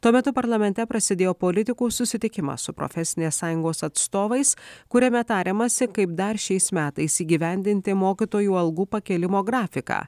tuo metu parlamente prasidėjo politikų susitikimas su profesinės sąjungos atstovais kuriame tariamasi kaip dar šiais metais įgyvendinti mokytojų algų pakėlimo grafiką